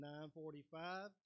9.45